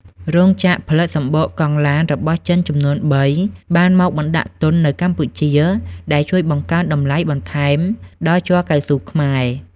រោងចក្រផលិតសំបកកង់ឡានរបស់ចិនចំនួន ៣ បានមកបណ្ដាក់ទុននៅកម្ពុជា ដែលជួយបង្កើនតម្លៃបន្ថែមដល់ជ័រកៅស៊ូខ្មែរ។